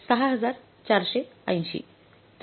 तो असेल 6480